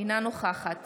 אינה נוכחת